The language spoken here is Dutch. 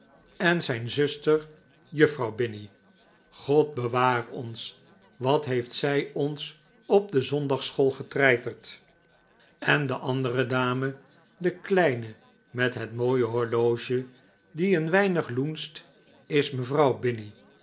en zijn zuster juffrouw binny god bewaar ons wat heeft zij ons op zondagsschool getreiterd en de andere dame de kleine met het mooie horloge die een weinig loenscht is mevrouw binny